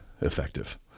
effective